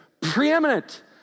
preeminent